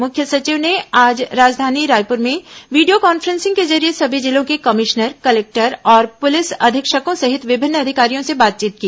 मुख्य सचिव ने आज राजधानी रायपुर में वीडियो कॉन्फ्रेंसिंग के जरिये सभी जिलों के कमिश्नर कलेक्टर और पुलिस अधीक्षकों सहित विभिन्न अधिकारियों से बातचीत की